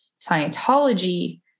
Scientology